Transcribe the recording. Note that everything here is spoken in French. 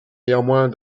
néanmoins